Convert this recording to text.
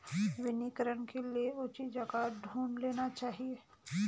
वनीकरण के लिए उचित जगह ढूंढ लेनी चाहिए